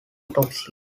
toxin